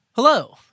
Hello